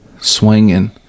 swinging